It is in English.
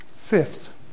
fifth